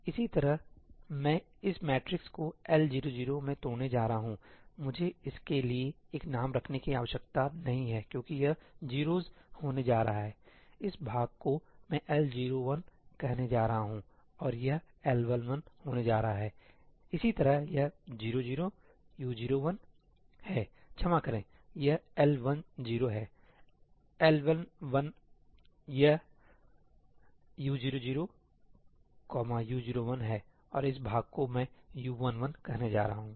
इसी तरह मैं इस मैट्रिक्स को L00 में तोड़ने जा रहा हूंमुझे इसके लिए एक नाम रखने की आवश्यकता नहीं है क्योंकि यह 0s होने जा रहा है इस भाग को मैं L01 कहने जा रहा हूं और यह L11 होने जा रहा है इसी तरह यह U00 U01 है क्षमा करें यहL10 है L11 यह U00 U01 है और इस भाग को मैं U11 कहने जा रहा हूं